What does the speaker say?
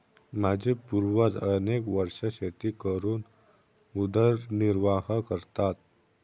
माझे पूर्वज अनेक वर्षे शेती करून उदरनिर्वाह करतात